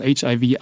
HIV